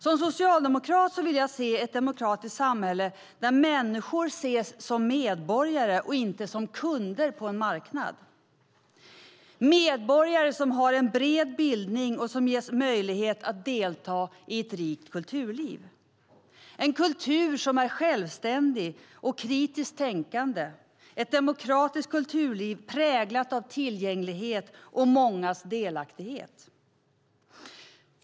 Som socialdemokrat vill jag se ett demokratiskt samhälle där människor ses som medborgare och inte som kunder på en marknad, medborgare som har bred bildning och ges möjlighet att delta i ett rikt kulturliv. Det ska vara en kultur som är självständig och kritiskt tänkande, ett demokratiskt kulturliv präglat av tillgänglighet och mångas delaktighet.